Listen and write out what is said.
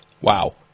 Wow